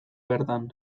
bertan